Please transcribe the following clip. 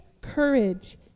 courage